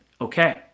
Okay